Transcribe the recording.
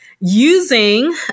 using